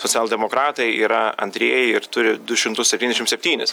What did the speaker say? socialdemokratai yra antrieji ir turi du šimtus septyniasdešimt septynis